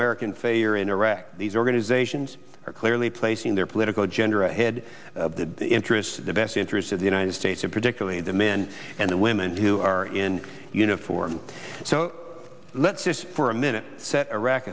american failure in iraq these organizations are clearly placing their political agenda ahead of the interests of the best interests of the united states and particularly the men and women who are in uniform so let's just for a minute